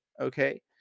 okay